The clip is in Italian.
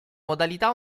modalità